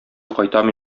кайтам